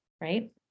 Right